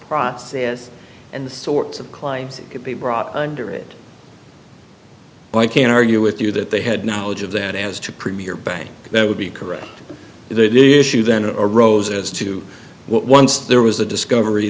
process and the sorts of claims that could be brought under it well i can argue with you that they had knowledge of that as to premier bank that would be correct if it is true then a rose as to what once there was a discovery